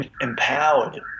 empowered